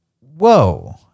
Whoa